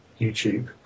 YouTube